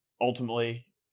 Ultimately